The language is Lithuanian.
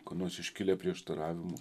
kur nors iškilę prieštaravimų